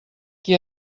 qui